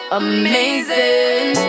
amazing